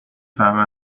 فهمه